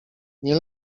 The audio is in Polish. nie